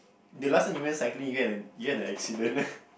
the last time you went cycling you get an you get an accident